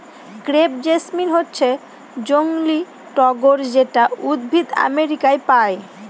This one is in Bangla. ক্রেপ জেসমিন হচ্ছে জংলী টগর যেটা উদ্ভিদ আমেরিকায় পায়